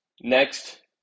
Next